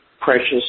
precious